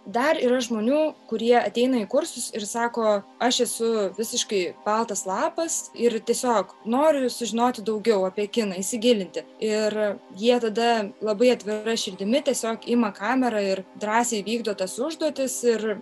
dar yra žmonių kurie ateina į kursus ir sako aš esu visiškai baltas lapas ir tiesiog noriu sužinoti daugiau apie kiną įsigilinti ir jie tada labai atvira širdimi tiesiog ima kamerą ir drąsiai vykdo tas užduotis ir